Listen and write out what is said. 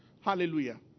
Hallelujah